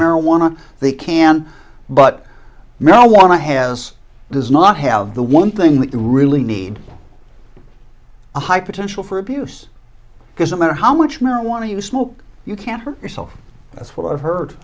marijuana they can but marijuana has does not have the one thing that you really need a high potential for abuse because no matter how much marijuana you smoke you can't hurt yourself that's what i've heard